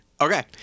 Okay